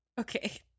Okay